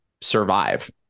survive